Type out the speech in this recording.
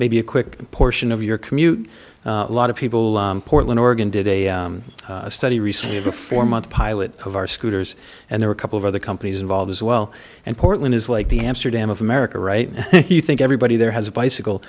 maybe a quick portion of your commute a lot of people portland oregon did a study recently before month pilot of our scooters and there are a couple of other companies involved as well and portland is like the amsterdam of america right now you think everybody there has a bicycle